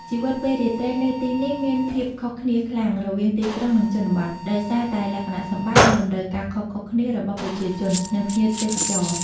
ជីវិតពេលរាត្រីនៅទីនេះមានភាពខុសគ្នាខ្លាំងរវាងទីក្រុង និងជនបទ ដោយសារតែលក្ខណៈសម្បត្តិ និងតម្រូវការខុសៗគ្នារបស់ប្រជាជន និងភ្ញៀវទេសចរ ។